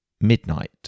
midnight